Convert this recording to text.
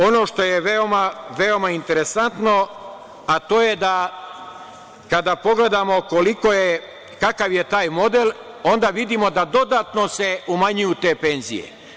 Ono što je veoma interesantno, a to je da kada pogledamo kakav je taj model, onda vidimo da se dodatno umanjuju te penzije.